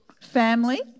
family